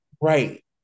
Right